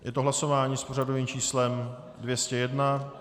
Je to hlasování s pořadovým číslem 201.